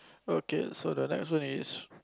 okay so the next one is